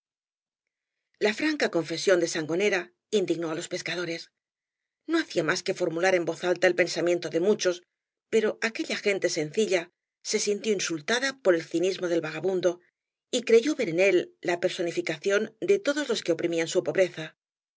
la franca confesión de sangonera indignó á los pescadores no hacía mas que formular en voz alta el pensamiento de muchos pero aquella gente sencilla se sintió insultada por el cinismo del vagabundo y creyó ver en él la personificación de todos los que oprimían su pobreza